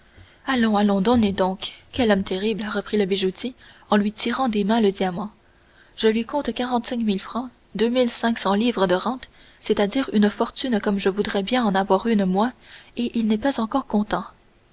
allons allons donnez donc quel homme terrible reprit le bijoutier en lui tirant des mains le diamant je lui compte quarante-cinq mille francs deux mille cinq cents livres de rente c'est-à-dire une fortune comme je voudrais bien en avoir une moi et il n'est pas encore content